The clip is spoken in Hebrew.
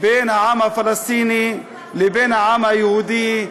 בין העם הפלסטיני לבין העם היהודי,